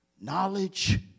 knowledge